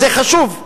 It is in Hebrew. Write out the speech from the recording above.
זה חשוב.